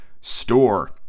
store